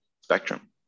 spectrum